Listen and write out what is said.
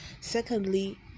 secondly